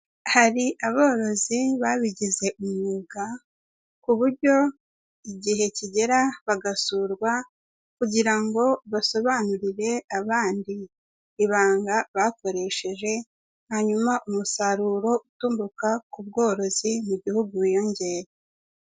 Hari aborozi babigize umwuga, ku buryo igihe kigera bagasurwa kugira ngo basobanurire abandi, ibanga bakoresheje hanyuma umusaruro uturuka ku bworozi mu gihugu wiyongere.